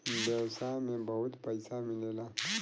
व्यवसाय में बहुत पइसा मिलेला